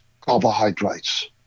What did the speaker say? carbohydrates